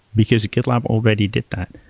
because gitlab already did that.